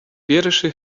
pierwszy